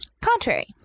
Contrary